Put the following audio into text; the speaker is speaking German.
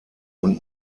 und